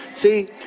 see